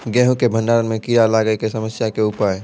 गेहूँ के भंडारण मे कीड़ा लागय के समस्या के उपाय?